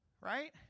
right